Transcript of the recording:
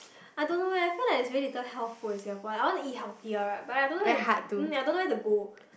I don't know I feel like there's very little health food in Singapore I wanna eat healthier right but I dunn~ mm I don't know where to go